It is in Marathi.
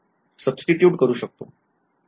सुब्स्टिट्यूट करू शकतो